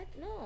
No